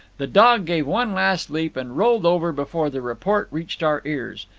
the dog gave one last leap, and rolled over before the report reached our ears.